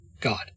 God